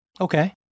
Okay